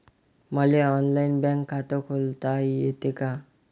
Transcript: मले online bank खात खोलता येते का?